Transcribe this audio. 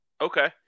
Okay